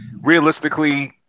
realistically